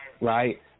right